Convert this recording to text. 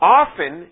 often